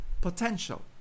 potential